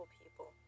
people